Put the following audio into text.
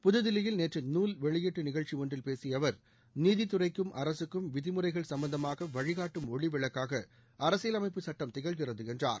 புதுதில்லியில் நேற்று நூல் வெளியீட்டு நிகழ்ச்சி ஒன்றில் பேசிய அவர் நீதித்துறைக்கும் அரசுக்கும் விதிமுறைகள் சும்பந்தமாக வழிகாட்டும் ஒளிவிளக்காக அரசியலமைப்பு சுட்டம் திகழ்கிறது என்றார்